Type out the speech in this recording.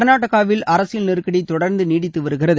கர்நாடகாவில் அரசியல் நெருக்கடி தொடர்ந்து நீடித்து வருகிறது